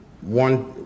one